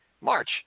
March